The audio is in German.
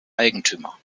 eigentümer